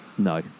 No